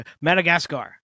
Madagascar